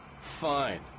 Fine